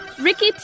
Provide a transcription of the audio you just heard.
Ricky